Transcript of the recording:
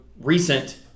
recent